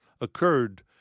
occurred